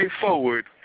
forward